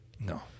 No